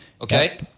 Okay